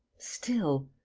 still.